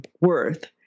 worth